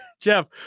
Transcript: jeff